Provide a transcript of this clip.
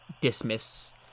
dismiss